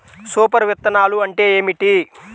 Super విత్తనాలు అంటే ఏమిటి?